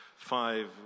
five